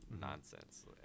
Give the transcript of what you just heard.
nonsense